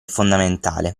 fondamentale